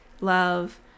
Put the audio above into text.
love